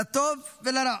לטוב ולרע.